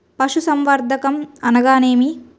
పశుసంవర్ధకం అనగానేమి?